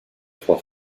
trois